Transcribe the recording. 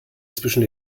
zwischen